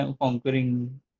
conquering